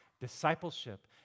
discipleship